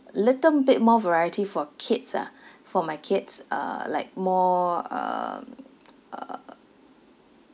little bit more variety for kids ah for my kids uh like more um uh